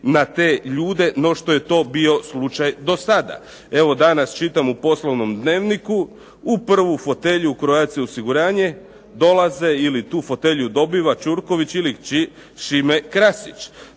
na te ljude no što je to bio slučaj do sada. Evo danas čitam u poslovnom dnevniku u prvu fotelju u Croatia osiguranje dolaze ili tu fotelju dobiva Ćurković ili kći Šime Krasić.